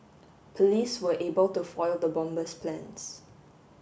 police were able to foil the bomber's plans